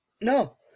No